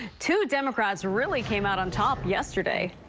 two democrats really came out on top yesterday.